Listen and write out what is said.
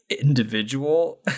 individual